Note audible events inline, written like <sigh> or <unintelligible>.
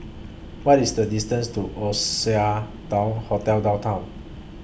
What IS The distance to Oasia <unintelligible> Hotel Downtown